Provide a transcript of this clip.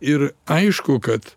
ir aišku kad